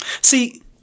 see